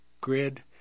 Grid